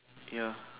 ya